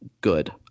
good